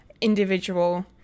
individual